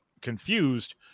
confused